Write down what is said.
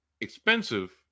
expensive